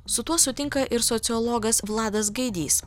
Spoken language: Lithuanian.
su tuo sutinka ir sociologas vladas gaidys